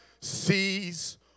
sees